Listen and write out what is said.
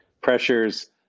pressures